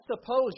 suppose